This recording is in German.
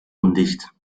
undicht